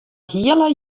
hiele